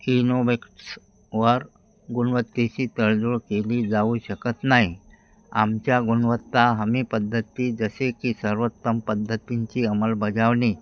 ईनोवेक्ट्स वर गुणवत्तेशी तडजोड केली जाऊ शकत नाही आमच्या गुणवत्ता हमी पद्धती जसे की सर्वोत्तम पद्धतींची अंमलबजावणी